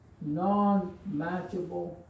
non-matchable